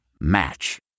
Match